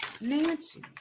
Nancy